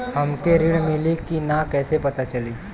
हमके ऋण मिली कि ना कैसे पता चली?